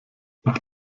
doch